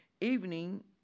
evening